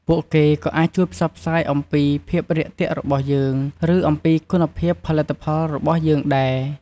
ពួកគេក៏អាចជួយផ្សព្វផ្សាយអំពីភាពរាក់ទាក់របស់យើង ឬអំពីគុណភាពផលិតផលរបស់យើងដែរ។